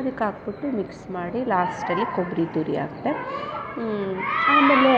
ಅದಕ್ಕೆ ಹಾಕ್ಬಿಟ್ಟು ಮಿಕ್ಸ್ ಮಾಡಿ ಲಾಸ್ಟಲ್ಲಿ ಕೊಬ್ಬರಿ ತುರಿ ಹಾಕ್ದೆ ಆಮೇಲೆ